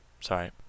Sorry